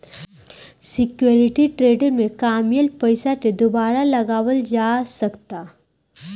security trading में कामयिल पइसा के दुबारा लगावल जा सकऽता